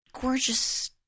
gorgeous